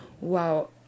Wow